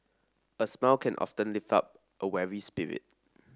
a smile can often lift up a weary spirit